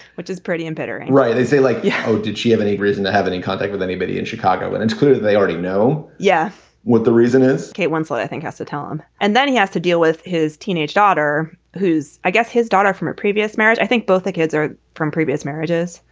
which is pretty and bitter right. they say like you. did she have any reason to have any contact with anybody in chicago? and it's clear they already know. yeah. what the reason is kate winslet, i think, has to tell them. um and then he has to deal with his teenage daughter, who's, i guess his daughter from a previous marriage. i think both kids are from previous marriages,